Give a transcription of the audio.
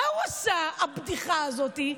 מה הוא עשה, הבדיחה הזאת?